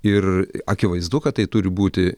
ir akivaizdu kad tai turi būti